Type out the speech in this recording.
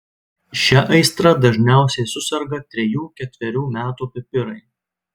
šia aistra dažniausiai suserga trejų ketverių metų pipirai